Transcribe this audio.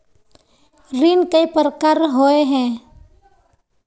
ऋण कई प्रकार होए है?